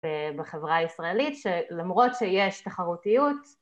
בחברה הישראלית שלמרות שיש תחרותיות